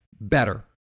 better